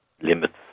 limits